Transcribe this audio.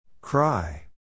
Cry